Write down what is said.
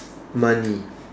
money